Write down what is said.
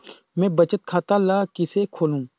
मैं बचत खाता ल किसे खोलूं?